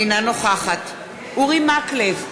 אינה נוכחת אורי מקלב,